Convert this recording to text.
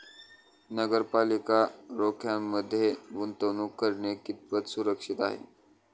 नगरपालिका रोख्यांमध्ये गुंतवणूक करणे कितपत सुरक्षित आहे?